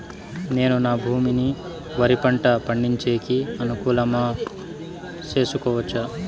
నేను నా భూమిని వరి పంట పండించేకి అనుకూలమా చేసుకోవచ్చా?